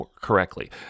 correctly